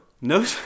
No